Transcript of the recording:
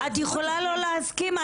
את יכולה לא להסכים.